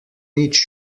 nič